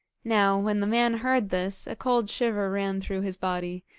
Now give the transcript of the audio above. now, when the man heard this, a cold shiver ran through his body,